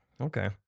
Okay